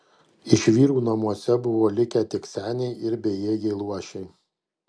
iš vyrų namuose buvo likę tik seniai ir bejėgiai luošiai